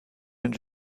and